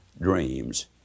dreams